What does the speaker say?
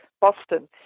Boston